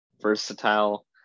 versatile